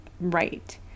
right